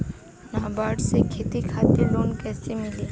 नाबार्ड से खेती खातिर लोन कइसे मिली?